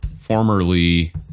formerly